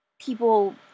people-